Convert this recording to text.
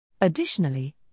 Additionally